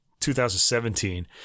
2017